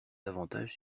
davantage